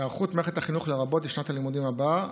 היערכות מערכת החינוך, לרבות לשנת הלימודים הבאה,